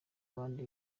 bandi